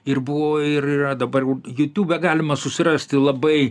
ir buvo ir yra dabar jau jutiūbe galima susirasti labai